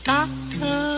Doctor